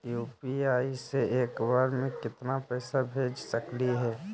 UPI से एक बार मे केतना पैसा भेज सकली हे?